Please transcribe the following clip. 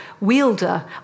wielder